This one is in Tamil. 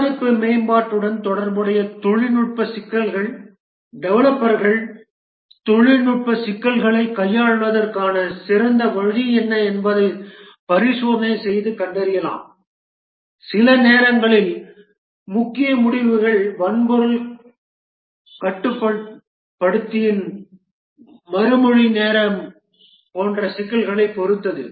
தயாரிப்பு மேம்பாட்டுடன் தொடர்புடைய தொழில்நுட்ப சிக்கல்கள் டெவலப்பர்கள் தொழில்நுட்ப சிக்கல்களைக் கையாள்வதற்கான சிறந்த வழி என்ன என்பதை பரிசோதனை செய்து கண்டறியலாம் சில நேரங்களில் முக்கிய முடிவுகள் வன்பொருள் கட்டுப்படுத்தியின் மறுமொழி நேரம் போன்ற சிக்கல்களைப் பொறுத்தது